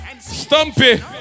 Stumpy